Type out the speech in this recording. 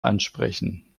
ansprechen